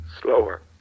Slower